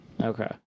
Okay